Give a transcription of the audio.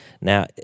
Now